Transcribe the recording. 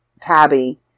Tabby